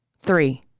three